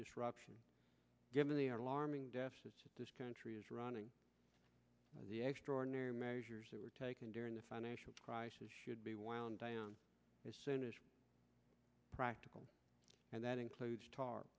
disruption given the out alarming debt this country is running on the extraordinary measures that were taken during the financial crisis should be wound down as soon as practical and that includes tar